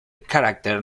character